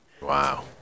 Wow